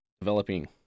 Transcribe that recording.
developing